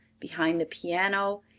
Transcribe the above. behind the piano,